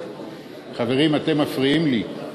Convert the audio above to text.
חברים, אתם מפריעים לי.